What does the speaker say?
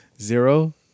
Zero